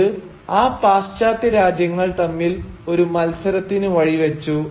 ഇത് ആ പാശ്ചാത്യ രാജ്യങ്ങൾ തമ്മിൽ ഒരു മത്സരത്തിനു വഴിവെച്ചു